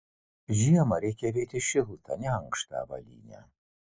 žiemą reikia avėti šiltą neankštą avalynę